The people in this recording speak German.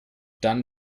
dann